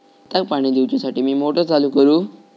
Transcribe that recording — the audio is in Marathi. भाताक पाणी दिवच्यासाठी मी मोटर चालू करू?